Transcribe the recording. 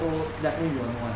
so definitely you will know [one]